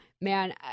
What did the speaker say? man